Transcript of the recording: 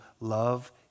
love